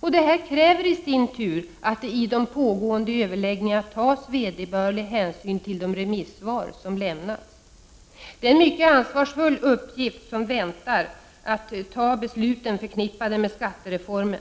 Det här kräver i sin tur att det i de pågående överläggningarna tas vederbörlig hänsyn till de remissvar som lämnats. Det är en mycket ansvarsfull uppgift som väntar, att ta besluten förknippade med skattereformen.